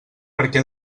perquè